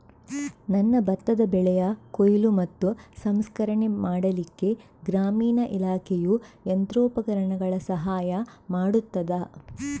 ನನ್ನ ಭತ್ತದ ಬೆಳೆಯ ಕೊಯ್ಲು ಮತ್ತು ಸಂಸ್ಕರಣೆ ಮಾಡಲಿಕ್ಕೆ ಗ್ರಾಮೀಣ ಇಲಾಖೆಯು ಯಂತ್ರೋಪಕರಣಗಳ ಸಹಾಯ ಮಾಡುತ್ತದಾ?